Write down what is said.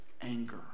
anger